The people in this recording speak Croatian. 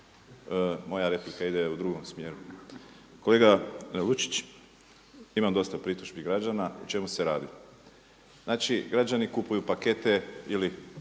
moja replika ide u drugom smjeru. Kolega Lučić, imam dosta pritužbi građana, o čemu se radi? Znači građani kupuju pakete ili